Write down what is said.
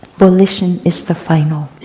volition is the final.